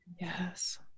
Yes